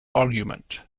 argument